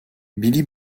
billy